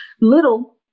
little